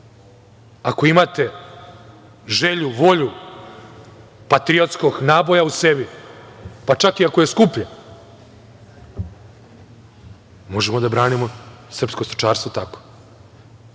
ako imate želju, volju, patriotskog naboja u sebi, pa čak iako je skuplje, možemo da branimo srpsko stočarstvo tako.